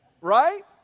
Right